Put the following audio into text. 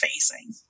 facing